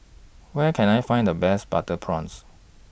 Where Can I Find The Best Butter Prawns